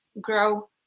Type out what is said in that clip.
grow